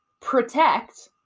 protect